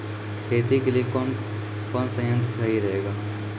खेती के लिए कौन कौन संयंत्र सही रहेगा?